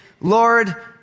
Lord